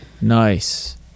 nice